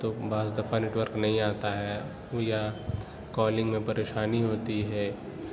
تو بعض دفعہ نیٹ ورک نہیں آتا ہے ہو یا کالنگ میں پریشانی ہوتی ہے